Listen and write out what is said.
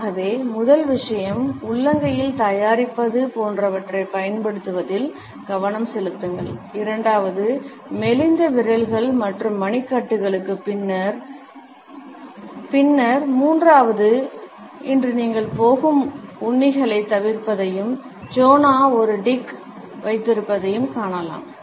ஆகவே முதல் விஷயம் உள்ளங்கையில் தயாரிப்பது போன்றவற்றைப் பயன்படுத்துவதில் கவனம் செலுத்துங்கள் இரண்டாவது மெலிந்த விரல்கள் மற்றும் மணிக்கட்டுகளுக்கு பின்னர் மூன்றாவது இன்று நீங்கள் போகும் உண்ணிகளைத் தவிர்ப்பதையும் ஜோனா ஒரு டிக் வைத்திருப்பதையும் காணலாம்